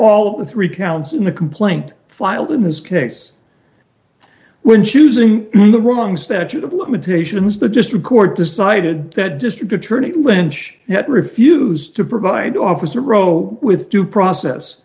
all of the three counts in the complaint filed in this case when choosing the wrong statute of limitations the district court decided that district attorney lynch yet refused to provide officer pro with due process